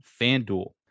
fanduel